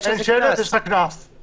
יש לך שלט יש לך קנס.